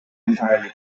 entirely